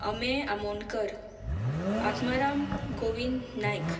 अमे आमोनकर आत्माराम गोविंद नायक